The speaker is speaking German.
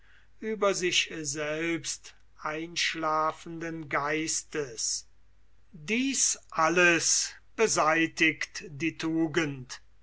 über sich selbst einschlafenden geistes dies alles beseitigt die tugend